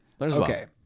Okay